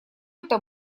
это